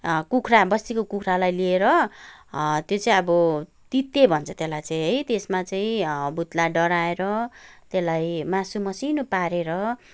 कुखुरा बस्तीको कुखुरालाई लिएर त्यो चाहिँ अब तिते भन्छ त्यसलाई है त्यसमा चाहिँ भुत्ला डढाएर त्यसलाई मासु मसिनो पारेर